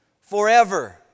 forever